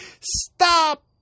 Stop